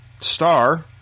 star